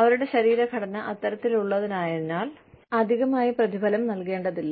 അവരുടെ ശരീരഘടന അത്തരത്തിലുള്ളതായതിനാൽ അധികമായി പ്രതിഫലം നൽകേണ്ടതില്ല